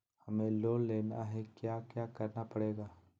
हमें लोन लेना है क्या क्या करना पड़ेगा?